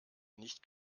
nicht